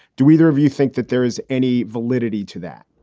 do either of you think that there is any validity to that?